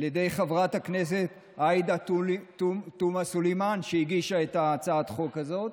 חברת הכנסת עאידה תומא סלימאן הגישה את הצעת החוק הזאת,